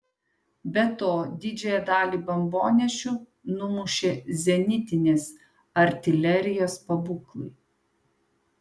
be to didžiąją dalį bombonešių numušė zenitinės artilerijos pabūklai